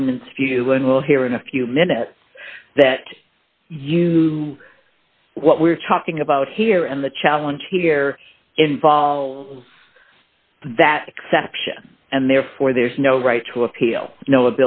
government's view and we'll hear in a few minutes that you what we're talking about here and the challenge here involved that section and therefore there's no right to appeal no